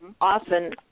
often